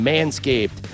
Manscaped